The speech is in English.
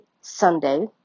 Sunday